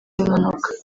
impanuka